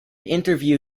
interview